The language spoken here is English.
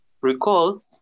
Recall